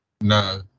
No